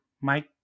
Mike